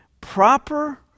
Proper